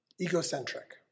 egocentric